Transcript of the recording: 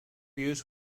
use